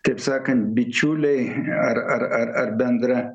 taip sakant bičiuliai ar ar ar ar bendra